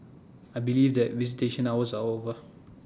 I believe that visitation hours are over